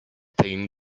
playing